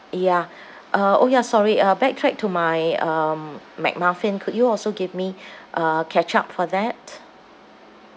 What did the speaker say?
ya uh orh ya sorry uh backtrack to my um mcmuffin could you also give me uh ketchup for that